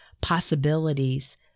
possibilities